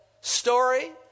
story